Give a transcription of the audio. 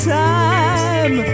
time